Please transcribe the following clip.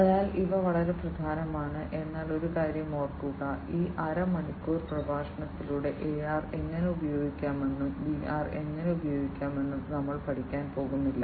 അതിനാൽ ഇവ വളരെ പ്രധാനമാണ് എന്നാൽ ഒരു കാര്യം ഓർക്കുക ഈ അര മണിക്കൂർ പ്രഭാഷണത്തിലൂടെ AR എങ്ങനെ ഉപയോഗിക്കാമെന്നും VR എങ്ങനെ ഉപയോഗിക്കാമെന്നും നിങ്ങൾ പഠിക്കാൻ പോകുന്നില്ല